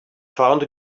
found